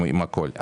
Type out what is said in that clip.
עם הכול.